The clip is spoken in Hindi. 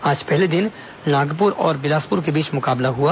आज पहले दिन नागपुर और बिलासपुर के बीच मुकाबला हुआ